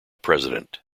president